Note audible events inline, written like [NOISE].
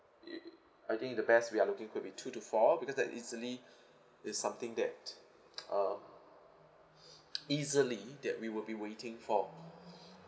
it uh I think the best we're looking could be two to four because that's easily [BREATH] it's something that uh [BREATH] easily that we will be waiting for